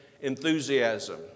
enthusiasm